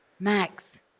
max